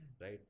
right